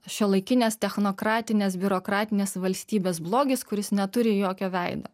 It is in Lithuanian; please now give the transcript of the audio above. šiuolaikinės technokratinės biurokratinės valstybės blogis kuris neturi jokio veido